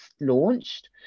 launched